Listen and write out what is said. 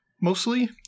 mostly